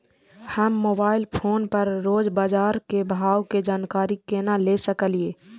हम mobile phone पर रोज बाजार के भाव के जानकारी केना ले सकलिये?